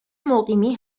مقیمی